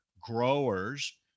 growers